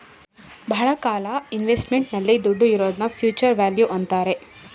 ಬಹಳ ಕಾಲ ಇನ್ವೆಸ್ಟ್ಮೆಂಟ್ ನಲ್ಲಿ ದುಡ್ಡು ಇರೋದ್ನ ಫ್ಯೂಚರ್ ವ್ಯಾಲ್ಯೂ ಅಂತಾರೆ